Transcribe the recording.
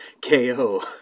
KO